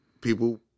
people